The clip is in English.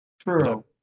true